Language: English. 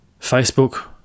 Facebook